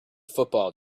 football